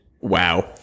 wow